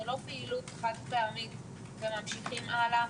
זו לא פעילות חד פעמית ולאחר מכן ממשיכים הלאה,